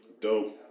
Dope